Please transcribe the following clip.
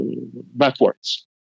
backwards